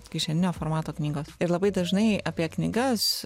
kišeninio formato knygos ir labai dažnai apie knygas